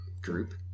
group